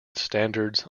standards